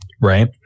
Right